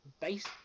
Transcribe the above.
base